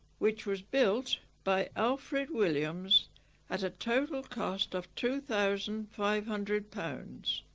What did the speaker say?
which was built by alfred williams at a total cost of two thousand five hundred pounds